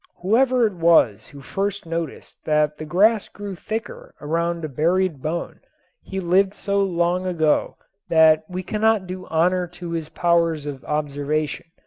whoever it was who first noticed that the grass grew thicker around a buried bone he lived so long ago that we cannot do honor to his powers of observation,